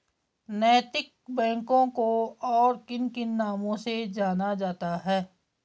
नैतिक बैंकों को और किन किन नामों से जाना जाता है?